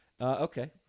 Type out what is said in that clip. Okay